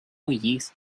used